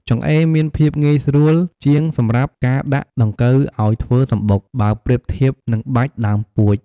ចង្អេរមានភាពងាយស្រួលជាងសម្រាប់ការដាក់ដង្កូវអោយធ្វើសំបុក បើប្រៀបធៀបនឹងបាច់ដើមពួច។